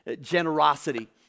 generosity